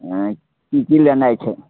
हूँ की की लेनाइ छै